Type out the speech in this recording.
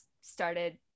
started